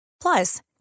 Plus